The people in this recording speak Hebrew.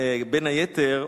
בין היתר,